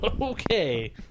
Okay